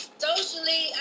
socially